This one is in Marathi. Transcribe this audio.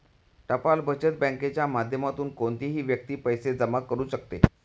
टपाल बचत बँकेच्या माध्यमातून कोणतीही व्यक्ती पैसे जमा करू शकते